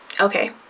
Okay